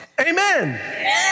Amen